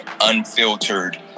unfiltered